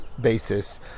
basis